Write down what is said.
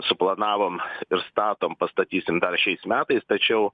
suplanavom ir statom pastatysim dar šiais metais tačiau